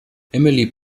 emily